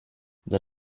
del